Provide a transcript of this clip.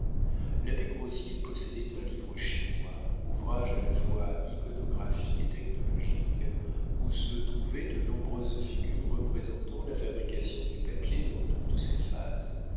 l'abbé grozier possédait un livre chinois ouvrage à la fois iconographique et technologique où se trouvaient de nombreuses figures représentant la fabrication du papier dans toutes ses phases